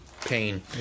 pain